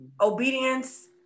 Obedience